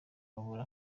babura